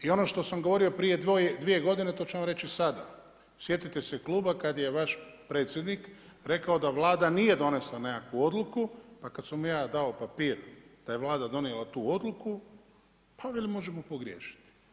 I ono što sam govorio prije dvije godine to ću vam reći i sada, sjetite se kluba kada je vaš predsjednik rekao da Vlada nije donesla nekakvu odluku pa kada sam mu ja dao papir da je Vlada donijela tu odluku pa veli možemo pogriješiti.